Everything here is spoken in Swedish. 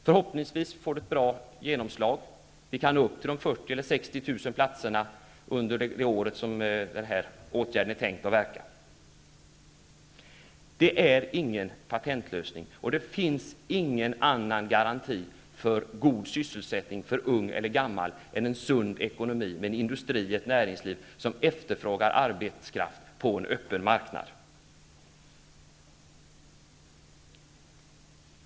Förhoppningsvis får det ett bra genomslag. Vi kan nå upp till de 40 000 eller 60 000 platserna under det år som åtgärden är tänkt att verka. Det är ingen patentlösning, och det finns ingen annan garanti för god sysselsättning för ung eller gammal än en sund ekonomi, en industri och ett näringsliv som efterfrågar arbetskraft på en öppen marknad.